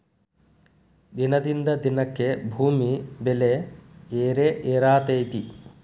ದಿನದಿಂದ ದಿನಕ್ಕೆ ಭೂಮಿ ಬೆಲೆ ಏರೆಏರಾತೈತಿ